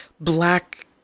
black